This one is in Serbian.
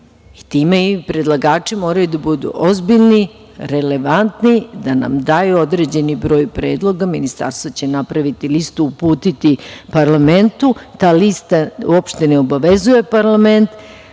i time i predlagači moraju da budu ozbiljni, relevantni, da nam daju određeni broj predloga. Ministarstvo će napraviti listu, uputiti parlamentu. Ta lista uopšte ne obavezuje parlament.